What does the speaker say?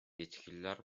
yetkililer